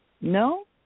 No